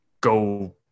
go